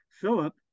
Philip